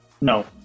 No